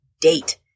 date